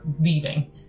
leaving